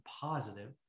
positive